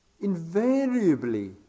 invariably